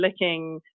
looking